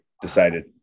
decided